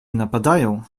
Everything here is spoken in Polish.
napadają